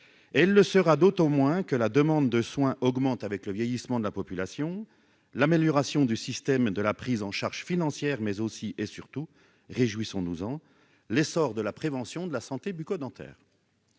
et elle le sera d'autant moins que la demande de soins augmente avec le vieillissement de la population, l'amélioration du système de la prise en charge financière mais aussi et surtout, réjouissons-nous en l'essor de la prévention de la santé bucco-dentaire.